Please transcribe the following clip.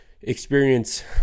experience